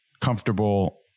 comfortable